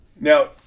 Now